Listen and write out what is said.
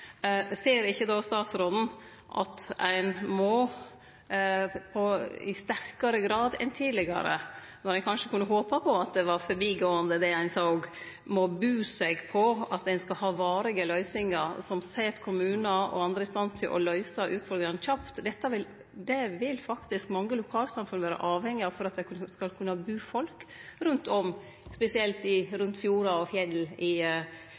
ser ikkje då statsråden at ein i sterkare grad enn tidlegare – då ein kanskje kunne håpe på at det var forbigåande, det ein såg – må bu seg på at ein skal ha varige løysingar som set kommunar og andre i stand til å løyse utfordringane kjapt? Det vil faktisk mange lokalsamfunn vere avhengige av for at det skal kunne bu folk rundt om, spesielt rundt fjordar og fjell òg i